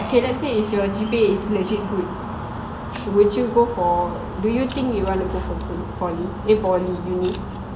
okay let's say if your G_P_A is actually good would you go for do you think you want to go for poly eh poly uni